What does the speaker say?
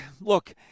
look